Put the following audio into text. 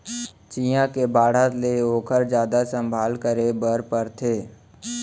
चियॉ के बाढ़त ले ओकर जादा संभाल करे बर परथे